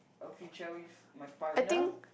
a future with my partner